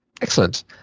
Excellent